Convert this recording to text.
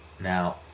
now